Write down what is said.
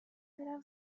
میرم